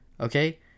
okay